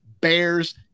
Bears